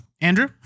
andrew